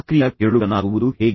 ಸಕ್ರಿಯ ಕೇಳುಗನಾಗುವುದು ಹೇಗೆ